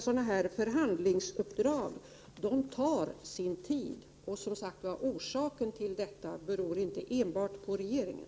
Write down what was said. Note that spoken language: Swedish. Sådana här förhandlingsuppdrag tar sin tid, och — som sagt — orsaken till detta beror inte enbart på regeringen.